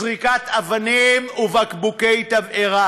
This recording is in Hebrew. זריקת אבנים ובקבוקי תבערה,